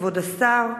כבוד השר,